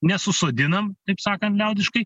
nesusodinam taip sakant liaudiškai